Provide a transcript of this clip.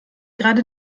gerade